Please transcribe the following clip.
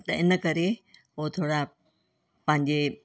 त हिन करे उहे थोरा पंहिंजे